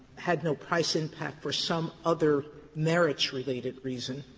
had no price impact for some other merits-related reason.